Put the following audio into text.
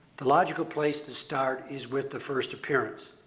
the logical place to start is with the first appearance.